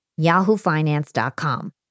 yahoofinance.com